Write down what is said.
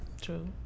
True